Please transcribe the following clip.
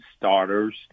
starters